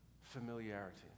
familiarity